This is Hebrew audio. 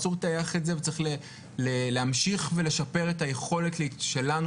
אסור לטייח את זה וצריך להמשיך ולשפר את היכולת שלנו